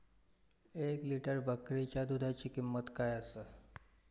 एक लिटर बकरीच्या दुधाची किंमत काय आसा?